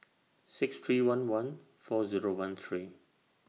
six three one one four Zero one three